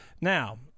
Now